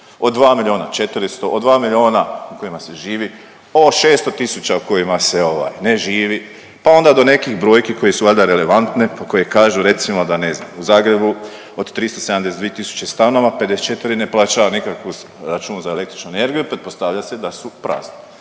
od 2 milijuna 400, od 2 milijuna u kojima se živi, o 600 tisuća u kojima se ovaj ne živi, pa onda do nekih brojki koje su valjda relevantne, pa koje kažu recimo da ne znam u Zagrebu od 372 tisuće stanova 54 ne plaća nikakvu račun za električnu energiju, pretpostavlja se da su prazni.